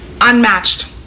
unmatched